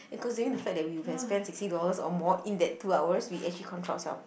considering the fact that we would have spent sixty dollar or more in that two hours we actually control ourself